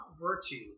virtue